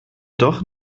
doch